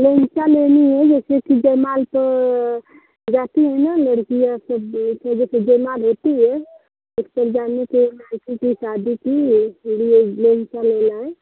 लेंचा लेनी है जैसे कि जयमाल को जाती हैं ना लड़कियाँ सब जैसे फेरे पर जयमाल लेती हैं ऐसे जाने से किसी की शादी थी यह इसलिए लेंचा लेना है